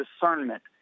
discernment